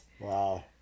Wow